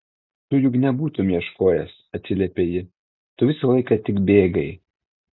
tu juk nebūtumei ieškojęs atsiliepia ji tu visą laiką tik bėgai